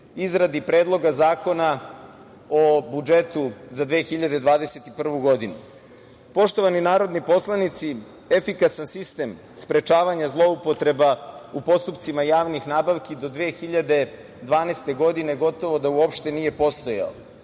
izradi Predloga zakona o budžetu za 2021. godinu. Poštovani narodni poslanici, efikasan sistem sprečavanja zloupotreba u postupcima javnih nabavki do 2012. godine gotovo da uopšte nije postojao.